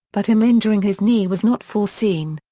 but him injuring his knee was not foreseen.